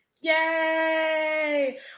Yay